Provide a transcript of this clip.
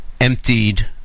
emptied